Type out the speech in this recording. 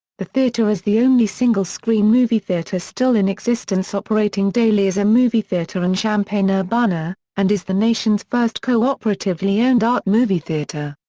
the theater is the only single-screen movie theater still in existence operating daily as a movie theater in champaign-urbana, and is the nation's first co-operatively owned art movie theater.